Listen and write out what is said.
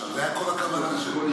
זאת הייתה כל הכוונה שלו.